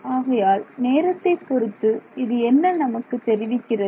ஆகையால் நேரத்தை பொருத்து இது என்ன நமக்கு தெரிவிக்கிறது